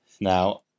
Now